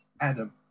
Adam